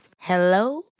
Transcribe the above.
Hello